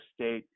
State